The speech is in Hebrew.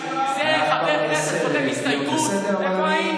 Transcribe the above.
כי אני כבר די מכיר אותך מהשעות בוועדה,